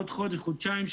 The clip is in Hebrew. עוד חודש חודשיים,